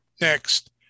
next